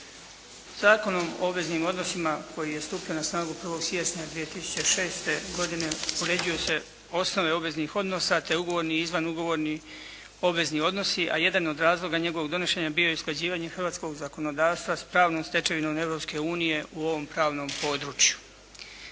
Zakonom o obveznim odnosima koji je stupio na snagu 1. siječnja 2006. godine uređuju se osnove obveznih odnosa, te ugovorni i izvanugovorni obvezni odnosi, a jedan je od razloga njegovog donošenja bio i usklađivanje hrvatskog zakonodavstva sa pravnom stečevinom Europske unije u ovom pravnom području.